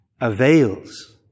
avails